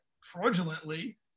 fraudulently